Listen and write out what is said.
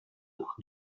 nach